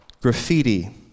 graffiti